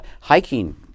hiking